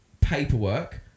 paperwork